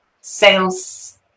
sales